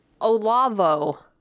Olavo